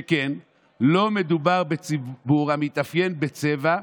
שכן לא מדובר בציבור המתאפיין בצבע,